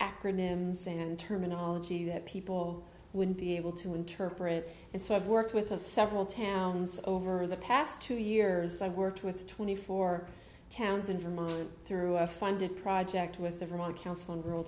acronyms and terminology that people would be able to interpret and so i've worked with of several towns over the past two years i've worked with twenty four towns in vermont through a funded project with the vermont council